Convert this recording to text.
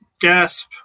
gasp